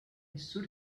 should